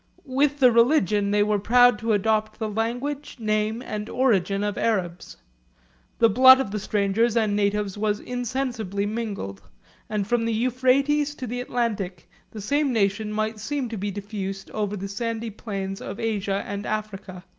with the religion, they were proud to adopt the language, name, and origin of arabs the blood of the strangers and natives was insensibly mingled and from the euphrates to the atlantic the same nation might seem to be diffused over the sandy plains of asia and africa.